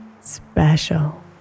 special